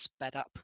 sped-up